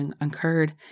occurred